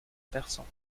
persan